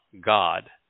God